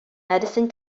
madison